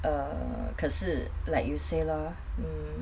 err 可是 like you say lor mm